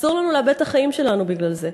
אסור לנו לאבד את החיים שלנו בגלל זה.